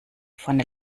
vorne